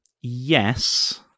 Yes